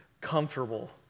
comfortable